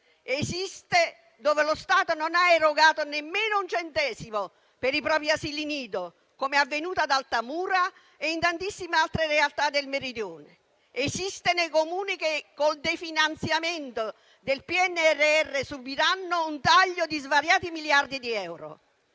esiste dove lo Stato non ha erogato nemmeno un centesimo per i propri asili nido, com'è avvenuto ad Altamura e in tantissime altre realtà del Meridione; esiste nei Comuni che, con il definanziamento del PNRR, subiranno un taglio di svariati miliardi di euro,